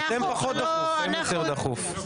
אתם פחות דחוף, הם יותר דחוף.